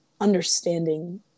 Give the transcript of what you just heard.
understanding